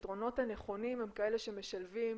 הפתרונות הנכונים הם כאלה שמשלבים